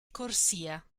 corsia